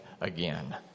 again